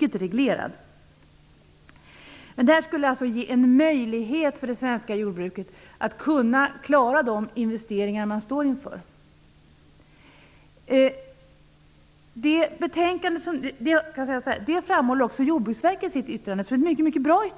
Ett stöd av detta slag skulle ge en möjlighet för det svenska jordbruket att klara de investeringar det står inför. Detta framhålls också i yttrandet från Jordbruksverket, som är mycket bra.